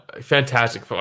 fantastic